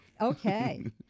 Okay